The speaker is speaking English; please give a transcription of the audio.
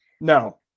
no